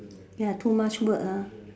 ya too much work ah